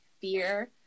fear